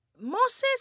Moses